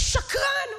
שקרן.